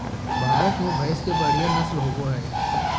भारत में भैंस के बढ़िया नस्ल होबो हइ